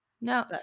no